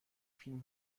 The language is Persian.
فیلم